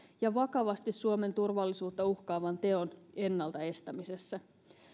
ja vakavasti suomen turvallisuutta uhkaavan teon ennalta estämisessä